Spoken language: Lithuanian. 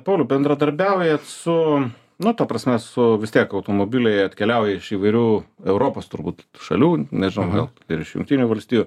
pauliau bendradarbiaujat su nu ta prasme su vis tiek automobiliai atkeliauja iš įvairių europos turbūt šalių nežinau gal ir iš jungtinių valstijų